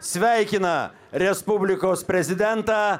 sveikina respublikos prezidentą